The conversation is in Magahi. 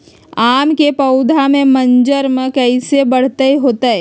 आम क पौधा म मजर म कैसे बढ़त होई?